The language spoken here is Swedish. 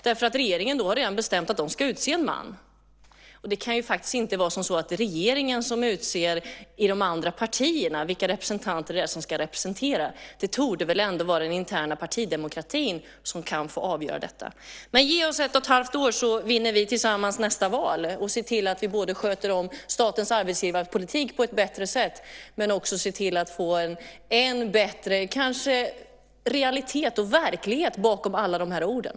Då har regeringen redan bestämt att de ska utse en man. Det kan ju faktiskt inte vara som så att det är regeringen som utser, i de andra partierna, vilka representanter det är som ska representera. Det torde väl ändå vara den interna partidemokratin som får avgöra detta. Men ge oss ett och halvt år, så vinner vi tillsammans nästa val och ser till att vi både sköter om statens arbetsgivarpolitik på ett bättre sätt och får en än bättre realitet och verklighet bakom alla de här orden.